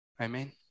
Amen